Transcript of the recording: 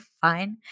fine